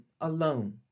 alone